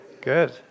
Good